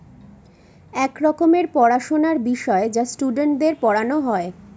এক রকমের পড়াশোনার বিষয় যা স্টুডেন্টদের পড়ানো হয়